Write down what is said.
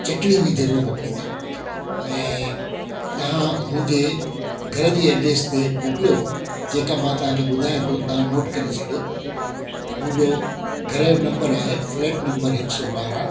चटणी बि ज़रूर मोकिलिंदा ऐं तव्हां मुंहिंजे घर जी एड्रेस ते मोकिलियो जेका मां तव्हांखे ॿुधायां थो तव्हां नोट करे छॾियो मुंहिंजो घर जो नंबर आहे फ्लैट नंबर हिकु सौ ॿारहं